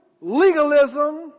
legalism